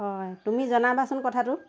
হয় তুমি জনাবাচোন কথাটো